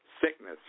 sickness